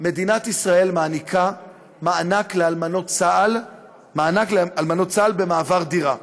מדינת ישראל נותנת מענק לאלמנות צה"ל במעבר דירה,